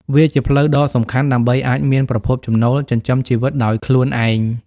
វាជាផ្លូវដ៏សំខាន់ដើម្បីអាចមានប្រភពចំណូលចិញ្ចឹមជីវិតដោយខ្លួនឯង។